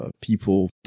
people